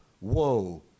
woe